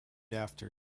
after